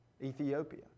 Ethiopia